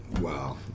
wow